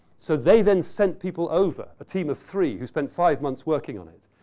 so, they then sent people over, a team of three who spent five months working on it.